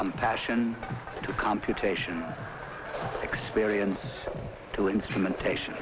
compassion to computation experience to instrumentation